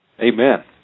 Amen